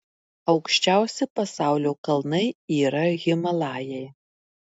aukščiausi pasaulio kalnai yra himalajai